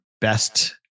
best